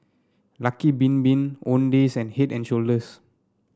Lucky Bin Bin Owndays and Head And Shoulders